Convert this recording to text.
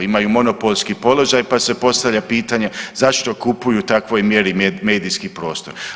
Imaju monopolski položaj pa se postavlja pitanja zašto kupuju u takvoj mjeri medijski prostor.